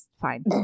fine